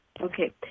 okay